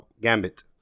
Gambit